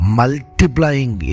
multiplying